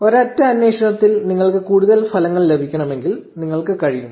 ഒരൊറ്റ അന്വേഷണത്തിൽ നിങ്ങൾക്ക് കൂടുതൽ ഫലങ്ങൾ ലഭിക്കണമെങ്കിൽ നിങ്ങൾക്ക് കഴിയും